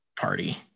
party